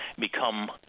become